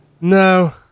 no